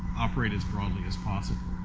operate as broadly as possible.